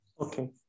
Okay